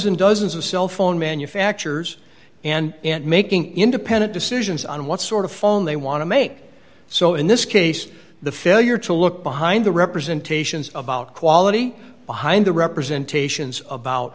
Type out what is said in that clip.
and dozens of cell phone manufacturers and making independent decisions on what sort of phone they want to make so in this case the failure to look behind the representations about quality behind the representation is about